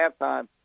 halftime